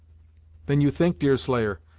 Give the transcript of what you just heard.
then you think, deerslayer,